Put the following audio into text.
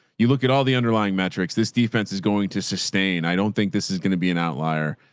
you look at all the underlying metrics. this defense is going to sustain. i don't think this is going to be an outlier.